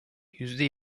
yüzde